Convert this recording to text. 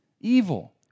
evil